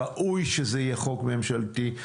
ראוי שזה יהיה חוק ממשלתי.